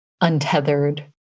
untethered